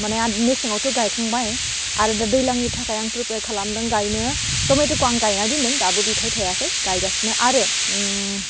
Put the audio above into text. माने आथ मेसेङावथ' गायखांबाय आरो दा दैलांनि थाखाय आं प्रेपियार खालामदों गायनो टमेट'खौ आं गायना दोनदों दाबो फिथाइ थाइयाखै गायगासिनो आरो